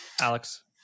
Alex